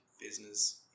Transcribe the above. business